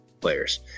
players